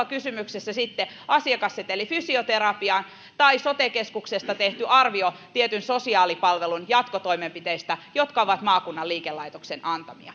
kysymyksessä vaikkapa sitten asiakasseteli fysioterapiaan tai sote keskuksesta tehty arvio tietyn sosiaalipalvelun jatkotoimenpiteistä jotka ovat maakunnan liikelaitoksen antamia